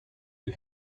you